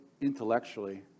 intellectually